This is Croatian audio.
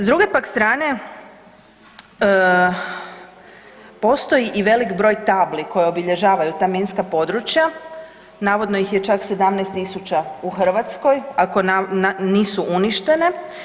S druge pak strane postoji i velik broj tabli koje obilježavaju ta minska područja, navodno ih je čak 17.000 u Hrvatskoj ako nisu uništene.